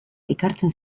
ekartzen